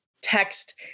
text